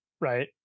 Right